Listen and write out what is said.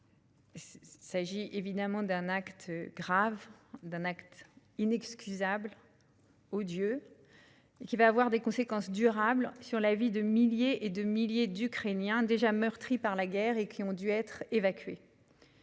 Il s'agit bien entendu d'un acte grave, d'un acte inexcusable et odieux, qui aura des conséquences durables sur la vie de milliers d'Ukrainiens déjà meurtris par la guerre et qui ont dû être évacués.